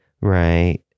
right